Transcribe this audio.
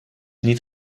niet